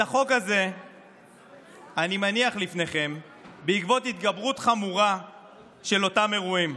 את החוק הזה אני מניח לפניכם בעקבות התגברות חמורה של אותם אירועים.